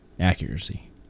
accuracy